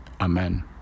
Amen